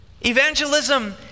Evangelism